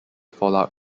fallout